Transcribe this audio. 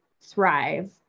thrive